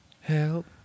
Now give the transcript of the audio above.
Help